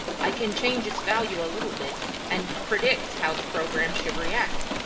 i can change its value a little bit and predict how the program should react,